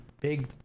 big